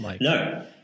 No